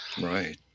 Right